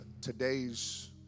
today's